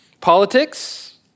Politics